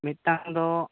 ᱢᱤᱫᱴᱟᱝ ᱫᱚ